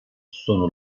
sono